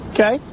Okay